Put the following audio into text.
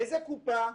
איזו קופה?